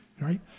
right